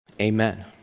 Amen